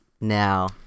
now